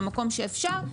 במקום שאפשר,